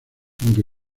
aunque